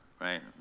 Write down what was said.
right